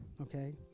okay